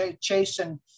chasing